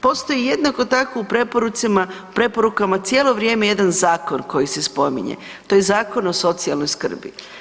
Postoji jednako tako u preporukama cijelo vrijeme jedan zakon koji se spominje, to je Zakon o socijalnoj skrbi.